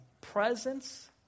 presence